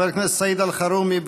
חבר הכנסת סעיד אלחרומי,